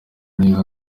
neza